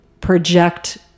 project